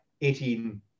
18